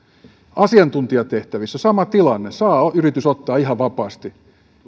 asiantuntijatehtävissä sama tilanne saa yritys ottaa ihan vapaasti